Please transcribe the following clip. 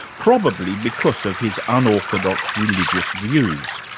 probably because of his unorthodox religious views.